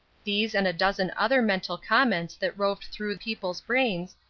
these and a dozen other mental comments that roved through people's brains,